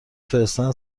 فرستادن